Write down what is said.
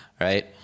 right